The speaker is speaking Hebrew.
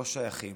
לא שייכים.